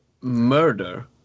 murder